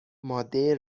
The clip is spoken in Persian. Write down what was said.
ماده